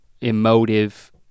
Emotive